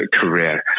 career